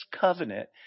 covenant